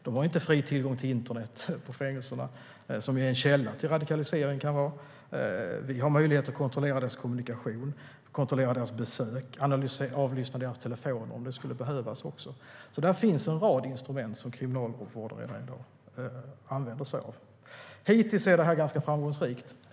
De har inte fri tillgång till internet på fängelserna, vilket kan vara en källa till radikalisering. Vi har möjlighet att kontrollera deras kommunikation och besök, och vi kan avlyssna deras telefoner om det skulle behövas. Det finns alltså en rad instrument som Kriminalvården redan i dag använder sig av. Hittills är det här ganska framgångsrikt.